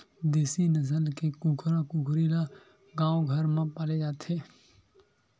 देसी नसल के कुकरा कुकरी ल गाँव घर म पाले जाथे